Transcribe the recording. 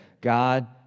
God